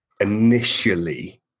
initially